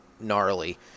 gnarly